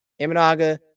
Imanaga